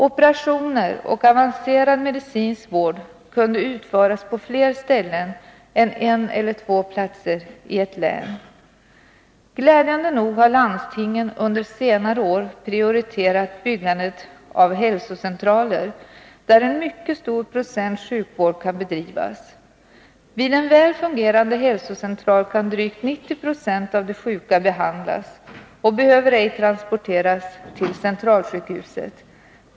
Operationer och avancerad medicinsk vård kunde utföras på fler ställen än en eller två platser i ett län. Glädjande nog har landstingen under senare år prioriterat utbyggnaden av hälsocentraler, där en mycket stor procent sjukvård kan bedrivas. Vid en väl fungerande hälsocentral kan drygt 90 96 av de sjuka behandlas och behöver ej transporteras till centralsjukhuset.